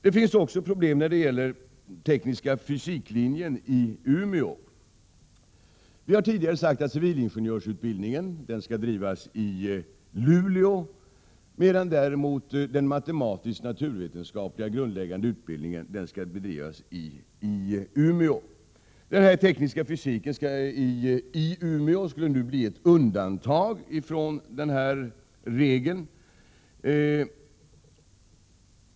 Det finns också problem när det gäller teknisk fysik-linjen i Umeå. Vi har tidigare sagt att civilingenjörsutbildningen skall bedrivas i Luleå. Den matematisk-naturvetenskapliga grundläggande utbildningen skall däremot bedrivas i Umeå. Tekniska fysik-linjen i Umeå skulle nu bli ett undantag ifrån den regeln.